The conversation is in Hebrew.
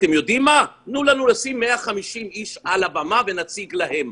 תנו לנו לשים 150 אנשים על הבמה ונציג להם.